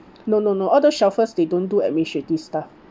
no no no all the shelfers they don't do administrative stuff